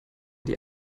die